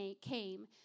came